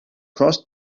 crossed